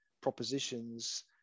propositions